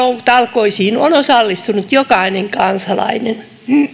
on osallistunut jokainen kansalainen